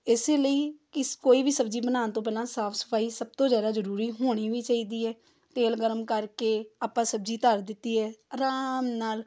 ਇਸੇ ਲਈ ਇਸ ਕੋਈ ਵੀ ਸਬਜ਼ੀ ਬਣਾਉਣ ਤੋਂ ਪਹਿਲਾਂ ਸਾਫ ਸਫਾਈ ਸਭ ਤੋਂ ਜ਼ਿਆਦਾ ਜ਼ਰੂਰੀ ਹੋਣੀ ਵੀ ਚਾਹੀਦੀ ਹੈ ਤੇਲ ਗਰਮ ਕਰਕੇ ਆਪਾਂ ਸਬਜ਼ੀ ਧਰ ਦਿੱਤੀ ਏ ਆਰਾਮ ਨਾਲ